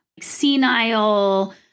senile